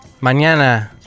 Mañana